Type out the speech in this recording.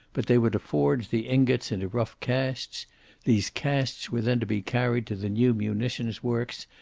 but they were to forge the ingots into rough casts these casts were then to be carried to the new munition works,